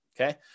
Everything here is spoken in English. okay